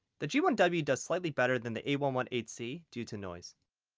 the g one w does slightly better than the a one one eight c due to noise.